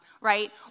right